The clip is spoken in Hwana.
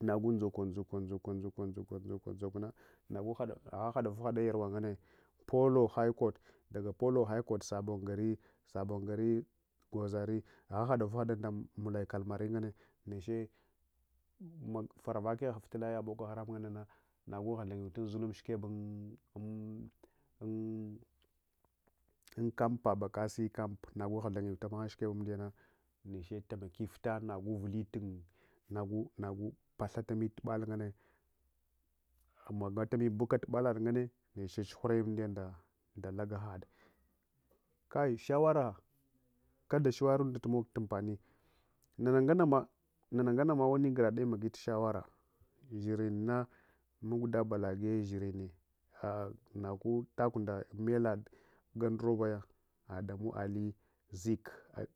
nagu nɗzuko nɗzukor aha haɗavuhhada yarwa nganne polo highcourt ɗaga polo high court sabon gari gwazari ahahadavuhaɗa nɗamulai kalman nganna neche farava keh fitina boko hram nganna nagu ghtha yintun zullum shukeb ankampa bakasi kamp nagu ghtha yetameche shikebe umɗiyana neche taimakifta nagu path atami tubal nganne magatami buka tubal nganne neche tsuhuratami nɗa lagaha kai shawara kada shawanenda tumok ampani nana nganana wani gurade magi shawara shirinna mugda balagye zshieme nagu tagu nddamela gandurubaya adamu ali zik.